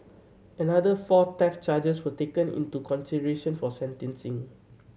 another four theft charges were taken into consideration for sentencing